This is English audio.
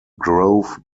grove